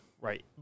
Right